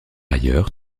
ailleurs